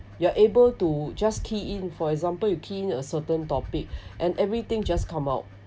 you are able to just key in for example you key in a certain topic and everything just come out